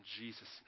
Jesus